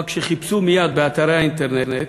כשחיפשו מייד באתרי האינטרנט